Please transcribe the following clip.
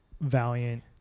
Valiant